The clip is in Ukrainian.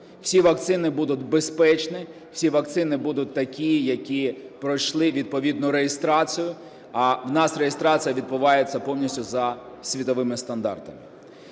Всі вакцини будуть безпечні, всі вакцини будуть такі, які пройшли відповідну реєстрацію, а у нас реєстрація відбувається повністю за світовими стандартами.